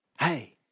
Hey